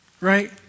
Right